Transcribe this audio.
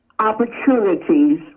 opportunities